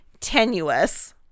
tenuous